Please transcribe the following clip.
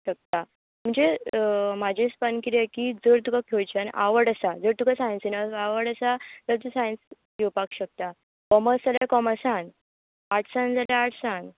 शकता म्हणजे माजे इस्पान किरें की जर तुका खंयच्यान आवड आसा जर तुका सायन्सीन आव आवड आसा जाल्यार तूं सायन्सान घेवपाक शकता कॉमर्सान जाल्यार कॉमर्सान आर्टसान जाल्या आर्टसान